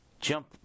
Jump